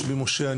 שמי משה,